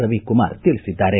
ರವಿಕುಮಾರ್ ತಿಳಿಸಿದ್ದಾರೆ